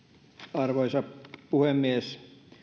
arvoisa puhemies